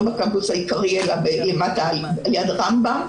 בקמפוס העיקרי אלא למטה ליד רמב"ם,